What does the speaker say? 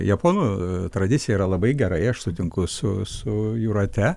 japonų tradicija yra labai gerai aš sutinku su su jūrate